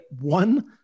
one-